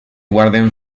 guarden